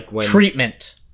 Treatment